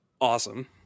awesome